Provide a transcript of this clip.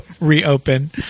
reopen